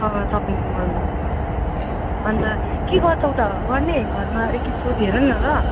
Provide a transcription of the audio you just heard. अँ सपिङ मलमा अन्त के गर्छौ त गर्ने घरमा एक खेप सोधिहेर न ल